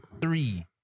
three